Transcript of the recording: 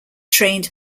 trained